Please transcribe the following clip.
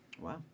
Wow